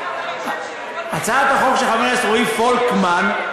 הכנסת רועי פולקמן.